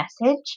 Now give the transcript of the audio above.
message